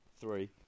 three